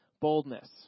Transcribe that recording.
boldness